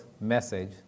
message